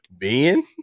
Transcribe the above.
Ben